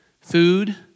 food